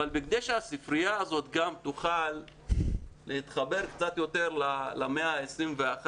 אבל עם זה שהספרייה הזאת גם תוכל להתחבר קצת יותר למאה ה-21,